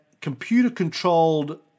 computer-controlled